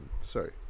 sorry